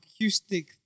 Acoustic